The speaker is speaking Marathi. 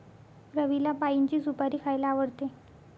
रवीला पाइनची सुपारी खायला आवडते